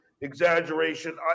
exaggeration